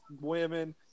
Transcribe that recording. women